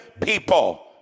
people